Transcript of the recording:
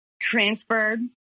Transferred